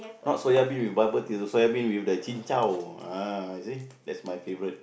not soya bean with bubble tea soya bean with the chin-chow ah you see that's my favourite